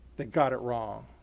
they got it wrong.